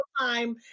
time